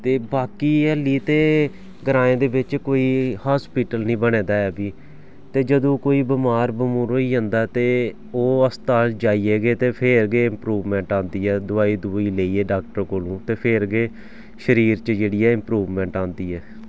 ते बाकी ह्ल्ली ते ग्राएं दे बिच्च कोई हास्पिटल निं बने दा बी ते जदूं कोई बमार बमूर होई जंदा ते ओह् अस्पताल जाइयै ते फिर गै इम्प्रूवमैंट औंदी ऐ दोआई दबूई लेइयै डाक्टर कोलूं ते फिर गै शरीर च जेह्ड़ी ऐ इम्प्रूवमैंट औंदी ऐ